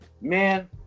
man